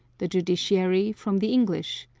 the judiciary from the english,